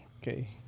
Okay